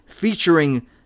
featuring